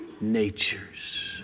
natures